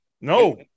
No